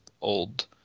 old